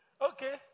Okay